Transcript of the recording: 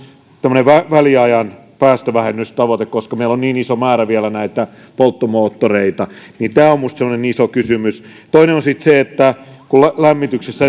tämmöinen väliajan päästövähennystavoite koska meillä on vielä niin iso määrä polttomoottoreita tämä on minusta iso kysymys toinen on sitten se että lämmityksessä